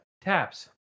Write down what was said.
Taps